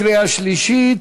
קריאה שלישית.